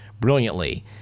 brilliantly